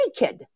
naked